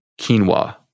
quinoa